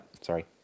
Sorry